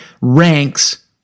ranks